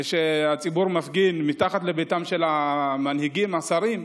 כשהציבור מפגין מתחת לביתם של המנהיגים, השרים,